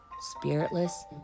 spiritless